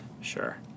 Sure